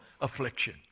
affliction